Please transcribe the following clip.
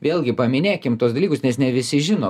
vėlgi paminėkim tuos dalykus nes ne visi žino